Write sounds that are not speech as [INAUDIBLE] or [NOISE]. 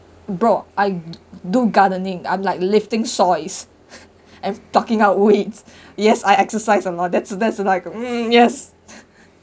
bro I [NOISE] do gardening I'm like lifting soil and plucking out weeds [BREATH] yes I exercise a lot that's a that's a like mm yes [LAUGHS]